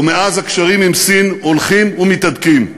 ומאז הקשרים עם סין הולכים ומתהדקים.